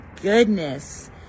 goodness